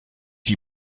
die